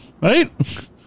right